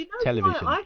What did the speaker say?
television